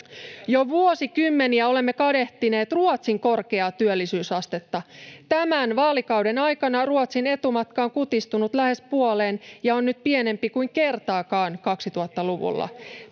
Jo vuosikymmeniä olemme kadehtineet Ruotsin korkeaa työllisyysastetta. Tämän vaalikauden aikana Ruotsin etumatka on kutistunut lähes puoleen ja on nyt pienempi kuin kertaakaan 2000-luvulla.